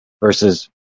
versus